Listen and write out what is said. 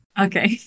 Okay